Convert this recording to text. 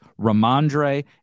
Ramondre